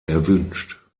erwünscht